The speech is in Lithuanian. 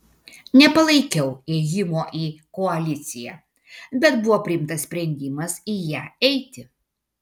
nepalaikiau ėjimo į koaliciją bet buvo priimtas sprendimas į ją eiti